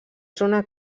zona